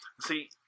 See